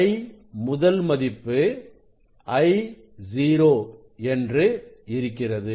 I முதல் மதிப்பு I0 என்று இருக்கிறது